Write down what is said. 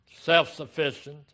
self-sufficient